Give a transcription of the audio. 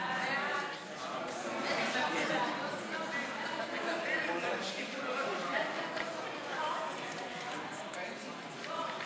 ההצעה להעביר לוועדה את הצעת חוק חובת שקיפות תקציבית במוסדות החינוך,